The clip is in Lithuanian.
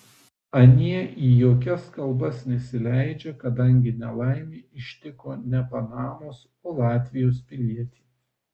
anie į jokias kalbas nesileidžia kadangi nelaimė ištiko ne panamos o latvijos pilietį